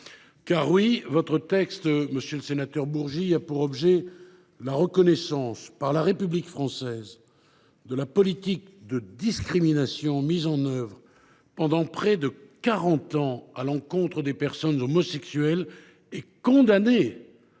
fautes. Votre texte, monsieur le sénateur Bourgi, a pour objet la reconnaissance, par la République française, de la politique de discrimination mise en œuvre pendant près de quarante ans à l’encontre des personnes homosexuelles et des